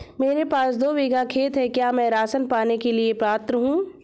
मेरे पास दो बीघा खेत है क्या मैं राशन पाने के लिए पात्र हूँ?